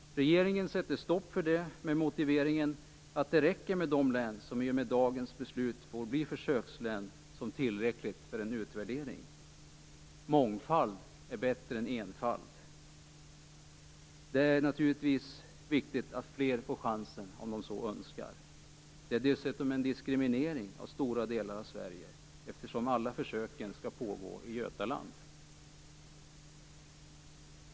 Regeringen sätter stopp för detta med motiveringen att det räcker med de län som i och med dagens beslut får bli försökslän för en utvärdering. Mångfald är bättre än enfald. Det är naturligtvis viktigt att fler vår chansen, om de så önskar. Det är dessutom en diskriminering av stora delar av Sverige, eftersom alla försöken skall pågå i Götaland.